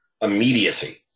immediacy